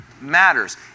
matters